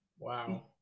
Wow